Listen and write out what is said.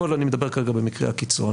הכול אני מדבר כרגע במקרה הקיצון